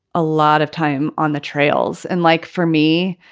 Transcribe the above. a lot of time on the trails and like for me.